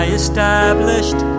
established